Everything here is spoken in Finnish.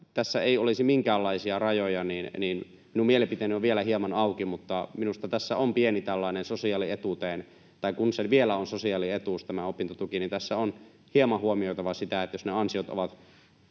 tässä ei olisi minkäänlaisia rajoja, minun mielipiteeni on vielä hieman auki, mutta minusta tässä on pieni tällainen sosiaalietuuteen... Tai kun tämä opintotuki vielä on sosiaalietuus, niin tässä on hieman huomioitava sitä, että jos ne ansiot ovat